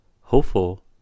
hopeful